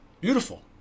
Beautiful